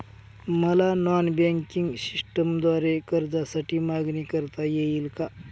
मला non banking सिस्टमद्वारे कर्जासाठी मागणी करता येईल का?